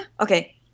Okay